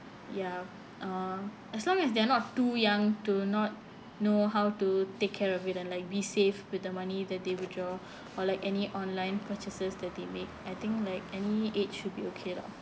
ya uh as long as they're not too young to not know how to take care of it and like be safe with the money that they withdraw or like any online purchases that they make I think like any age should be okay lah